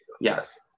yes